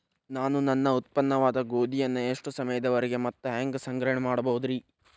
ನಾನು ನನ್ನ ಉತ್ಪನ್ನವಾದ ಗೋಧಿಯನ್ನ ಎಷ್ಟು ಸಮಯದವರೆಗೆ ಮತ್ತ ಹ್ಯಾಂಗ ಸಂಗ್ರಹಣೆ ಮಾಡಬಹುದುರೇ?